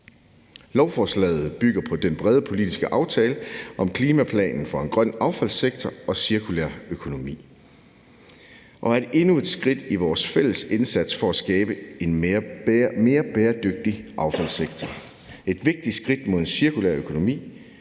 Lovforslaget bygger på den brede politiske aftale om klimaplanen for en grøn affaldssektor og cirkulær økonomi. Det er endnu et skridt i vores fælles indsats for at skabe en mere bæredygtig affaldssektor. Det er et vigtigt skridt mod en cirkulær økonomi.